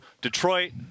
detroit